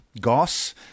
goss